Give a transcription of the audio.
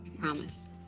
Promise